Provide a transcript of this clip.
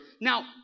Now